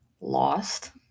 lost